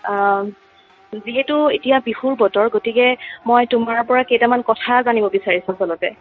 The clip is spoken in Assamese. যিহেতু এতিয়া বিহুৰ বতৰ গতিকে মই তোমাৰ পৰা কেইটামান কথা জানিব বিচাৰিছোঁ আচলতে